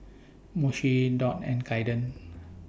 Moshe Dot and Caiden